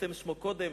שהתפרסם שמו קודם,